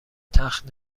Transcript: تخت